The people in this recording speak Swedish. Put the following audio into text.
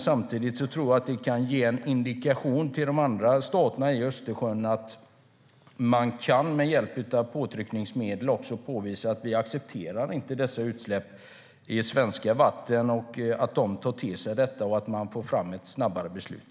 Samtidigt tror jag att det kan ge en indikation till andra stater vid Östersjön om att man med hjälp av påtryckningsmedel kan visa att vi inte accepterar dessa utsläpp i svenska vatten. Jag hoppas att de tar till sig detta och att man får fram ett snabbare beslut.